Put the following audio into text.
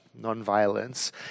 nonviolence